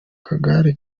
kagare